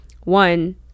one